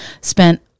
spent